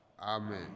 amen